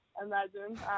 imagine